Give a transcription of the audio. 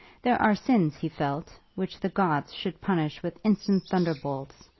there are sins, he felt, which the gods should punish with instant thunderbolts,